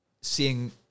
seeing